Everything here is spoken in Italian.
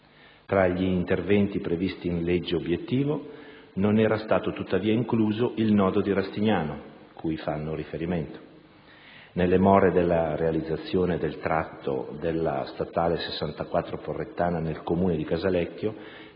Tra gli interventi previsti in legge obiettivo non era stato tuttavia incluso il nodo di Rastignano, cui gli interroganti fanno riferimento. Nelle more della realizzazione del tratto di strada statale 64 Porrettana nel Comune di Casalecchio